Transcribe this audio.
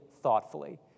thoughtfully